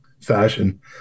fashion